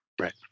Right